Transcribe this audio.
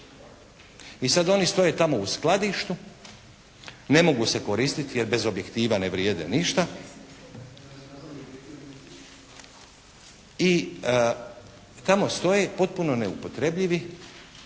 I sad oni stoje tamo u skladištu, ne mogu se koristiti jer bez objektiva ne vrijede ništa i tamo stoje potpuno neupotrebljivi.